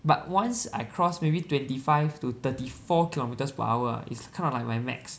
but once I cross maybe twenty five to thirty four kilometres per hour ah it's kind of like my max